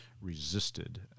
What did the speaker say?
resisted